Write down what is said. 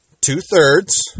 two-thirds